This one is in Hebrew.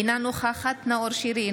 אינה נוכחת נאור שירי,